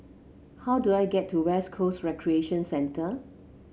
how do I get to West Coast Recreation Centre